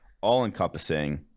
all-encompassing